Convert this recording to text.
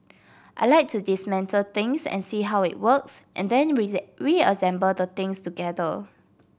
I like to dismantle things and see how it works and then reassemble the things together